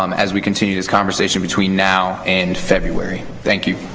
um as we continue this conversation between now and february. thank you.